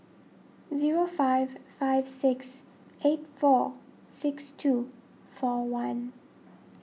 zero five five six eight four six two four one